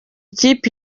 kipe